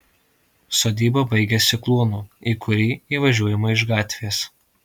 sodyba baigiasi kluonu į kurį įvažiuojama iš gatvės